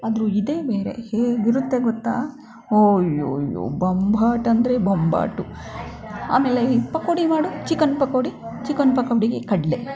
ಅದ್ರ ಇದೇ ಬೇರೆ ಹೇಗಿರುತ್ತೆ ಗೊತ್ತಾ ಹೋಯ್ಯೊಯ್ಯೋ ಬೊಂಬಾಟ್ ಅಂದರೆ ಬೊಂಬಾಟು ಆಮೇಲೆ ಈ ಪಕೋಡಿ ಮಾಡು ಚಿಕನ್ ಪಕೋಡಿ ಚಿಕನ್ ಪಕೋಡಿಗೆ ಕಡಲೆ